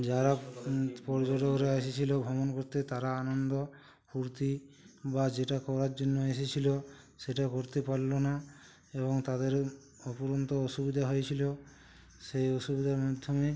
যারা পর্যটকরা এসেছিল ভ্রমণ করতে তারা আনন্দ ফুর্তি বা যেটা করার জন্য এসেছিল সেটা করতে পারল না এবং তাদের অফুরন্ত অসুবিধা হয়েছিল সেই অসুবিধার মাধ্যমে